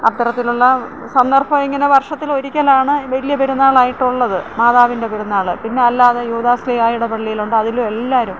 അത്തരത്തിലുള്ള സന്ദര്ഭം ഇങ്ങനെ വര്ഷത്തിൽ ഒരിക്കലാണ് ഈ വലിയ പെരുന്നാളായിട്ടുള്ളത് മാതാവിന്റെ പെരുന്നാൾ പിന്നെ അല്ലാതെ യൂദാസ്ലീഹായുടെ പള്ളിയിലുണ്ട് അതിലും എല്ലാവരും